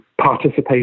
participation